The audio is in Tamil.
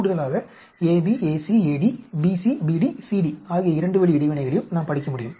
கூடுதலாக AB AC AD BC BD CD ஆகிய 2 வழி இடைவினைகளையும் நாம் படிக்க முடியும்